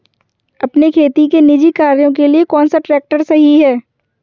अपने खेती के निजी कार्यों के लिए कौन सा ट्रैक्टर सही है?